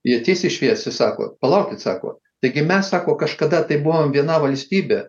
jie tiesiai šviesiai sako palaukit sako taigi mes sako kažkada taip buvom viena valstybė